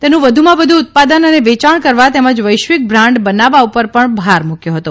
તેનું વધુમાં વધુ ઉત્પાદન ને વેચાણ કરવા તેમજ વૈશ્વિક બ્રાન્ડ બનાવવા પર ભાર મૂક્યો હતો